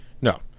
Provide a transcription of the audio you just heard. No